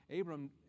Abram